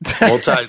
multi